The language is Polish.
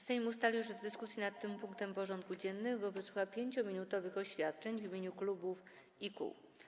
Sejm ustalił, że w dyskusji nad tym punktem porządku dziennego wysłucha 5-minutowych oświadczeń w imieniu klubów i kół.